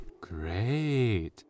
Great